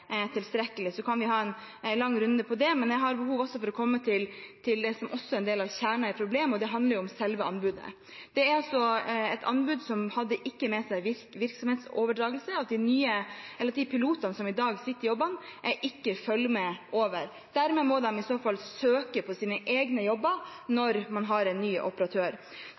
tilstrekkelig. Så kan vi ha en lang runde om det. Jeg har også behov for å komme inn på det som er en del av kjernen av problemet, og det handler om selve anbudet. Det er et anbud som ikke hadde virksomhetsoverdragelse med seg, at de pilotene som i dag er i de jobbene, ikke følger med over. Dermed må de i så fall søke på sine egne jobber når man får en ny operatør.